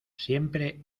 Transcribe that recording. siempre